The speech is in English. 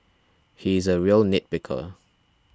he is a real nitpicker